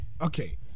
Okay